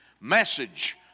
message